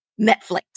Netflix